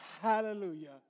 Hallelujah